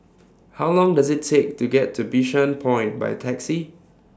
How Long Does IT Take to get to Bishan Point By Taxi